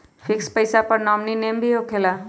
Fix पईसा पर nominee name भी होकेला?